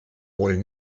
wollen